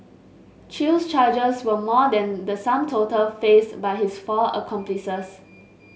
chew's charges were more than the sum total faced by his four accomplices